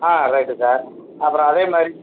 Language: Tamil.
ஆ ரைட்டு சார் அப்புறம் அதே மாதிரி